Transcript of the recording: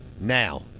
Now